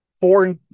four